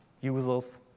users